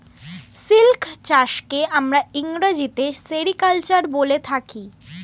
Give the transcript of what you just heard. silk চাষকে আমরা ইংরেজিতে সেরিকালচার বলে থাকি